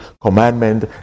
commandment